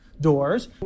Doors